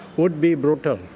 would be brutal.